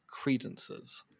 credences